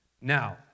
Now